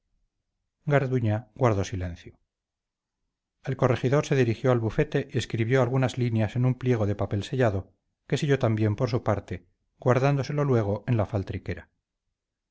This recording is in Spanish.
garduña guardó silencio el corregidor se dirigió al bufete y escribió algunas líneas en un pliego de papel sellado que selló también por su parte guardándoselo luego en la faltriquera